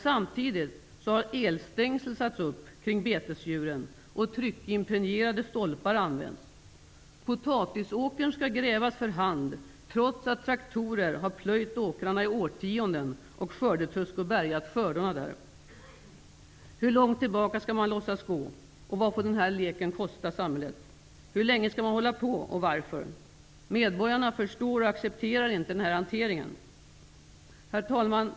Samtidigt har elstängsel satts upp kring betesdjuren och tryckimpregnerade stolpar använts. Potatisåkern skall grävas för hand, trots att traktorer har plöjt åkrarna i årtionden och skördetröskor bärgat skördarna där. Hur långt tillbaka skall man låtsas gå? Vad får den här leken kosta samhället? Hur länge skall man hålla på, och varför? Medborgarna förstår och accepterar inte den här hanteringen. Herr talman!